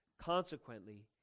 Consequently